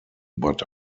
but